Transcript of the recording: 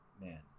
man